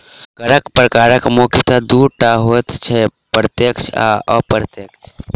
करक प्रकार मुख्यतः दू टा होइत छै, प्रत्यक्ष आ अप्रत्यक्ष